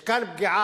יש כאן פגיעה